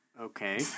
okay